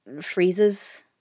freezes